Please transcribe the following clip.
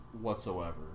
whatsoever